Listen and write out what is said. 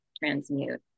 transmute